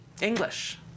english